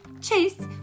Chase